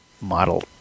model